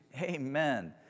Amen